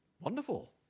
Wonderful